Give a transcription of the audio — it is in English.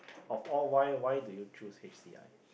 of all why why do you choose H_C_I